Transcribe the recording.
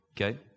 Okay